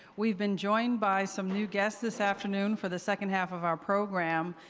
we've been joined by some new guests this afternoon for the second half of our program.